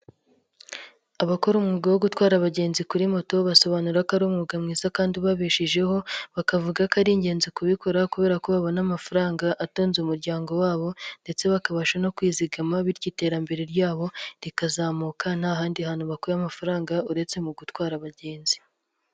Abakora umwuga wo gutwara abagenzi kuri moto basobanura ko ari umwuga mwiza kandi ubabeshejeho, bakavuga ko ari ingenzi kubikora kubera ko babona amafaranga atunze umuryango wabo ndetse bakabasha no kwizigama bityo iterambere ryabo rikazamuka nta handi hantu bakuye amafaranga uretse mu gutwara abagenzi.